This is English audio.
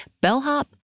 bellhop